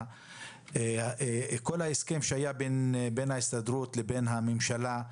ההסכם שהיה בין ההסתדרות לבין הממשלה.